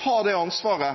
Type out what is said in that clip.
ta det ansvaret